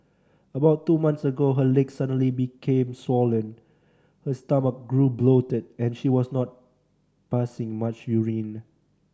about two months ago her legs suddenly became swollen her stomach grew bloated and she was not passing much urine